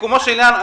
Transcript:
לסיכומו של עניין,